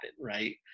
Right